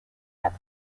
have